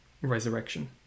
resurrection